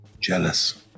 jealous